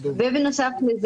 בנוסף,